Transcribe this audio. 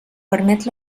permet